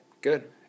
Good